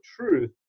truth